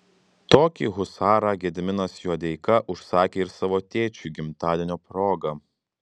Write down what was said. tokį husarą gediminas juodeika užsakė ir savo tėčiui gimtadienio proga